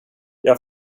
jag